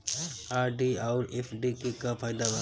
RD आउर FD के का फायदा बा?